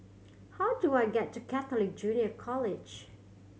how do I get to Catholic Junior College